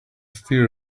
fear